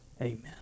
Amen